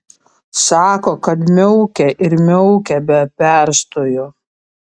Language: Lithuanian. sako kad miaukia ir miaukia be perstojo